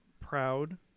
Proud